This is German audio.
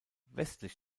westlich